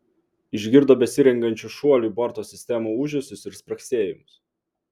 išgirdo besirengiančių šuoliui borto sistemų ūžesius ir spragsėjimus